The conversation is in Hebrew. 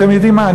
אתם יודעים מה?